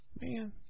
Man